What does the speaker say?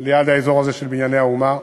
ליד האזור הזה של "בנייני האומה".